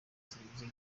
serivise